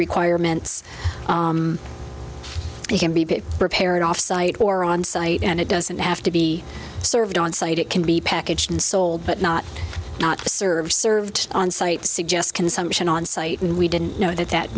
requirements we can be a bit prepared offsite or on site and it doesn't have to be served on site it can be packaged and sold but not not serve served on site suggests consumption on site and we didn't know that that